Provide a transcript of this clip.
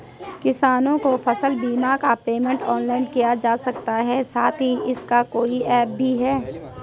किसानों को फसल बीमा या पेमेंट ऑनलाइन किया जा सकता है साथ ही इसका कोई ऐप भी है?